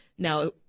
Now